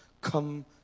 come